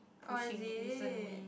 oh is it